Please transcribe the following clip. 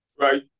Right